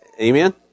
Amen